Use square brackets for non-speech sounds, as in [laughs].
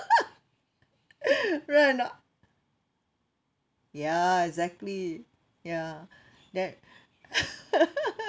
right or not ya exactly ya that [laughs]